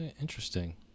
interesting